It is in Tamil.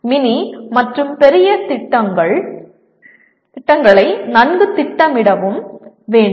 மினி மற்றும் பெரிய திட்டங்களை நன்கு திட்டமிடவும் வேண்டும்